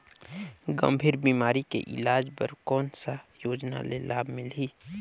गंभीर बीमारी के इलाज बर कौन सा योजना ले लाभ मिलही?